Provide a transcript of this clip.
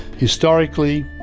historically,